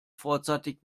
vorzeitig